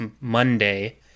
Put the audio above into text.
Monday